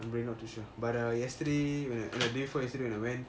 bring your teacher but our yesterday when I ready for yesterday you went